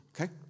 Okay